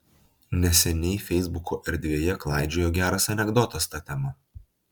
neseniai feisbuko erdvėje klaidžiojo geras anekdotas ta tema